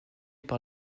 par